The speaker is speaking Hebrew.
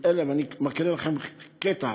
אני מקריא לכם קטע.